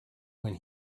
when